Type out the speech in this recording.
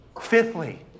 fifthly